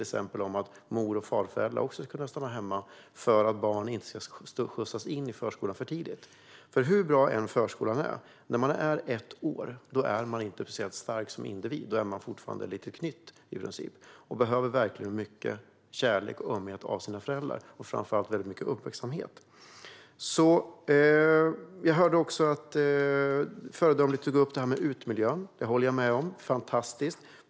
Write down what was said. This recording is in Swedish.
Exempelvis ska mor och farföräldrar kunna stanna hemma för att barn inte ska skjutsas in i förskolan för tidigt. Hur bra förskolan än är är man inte särskilt stark som individ när man är ett år; man är i princip fortfarande ett litet knytt och behöver verkligen mycket kärlek, ömhet och framför allt uppmärksamhet av föräldrarna. Jag hörde också att du föredömligt tog upp utemiljön. Jag håller med om detta. Det är fantastiskt.